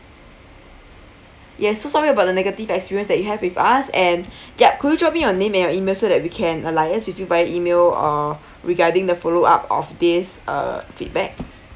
yes so sorry about the negative experience that you have with us and yup could you drop me your name and your email so that we can alliance with you by email uh regarding the follow up of this uh feedback